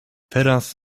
teraz